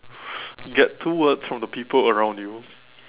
get two words from the people around you